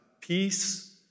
peace